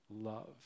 love